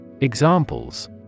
Examples